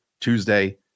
Tuesday